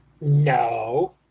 No